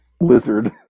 lizard